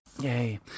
yay